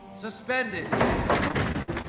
suspended